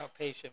outpatient